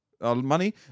Money